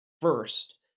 first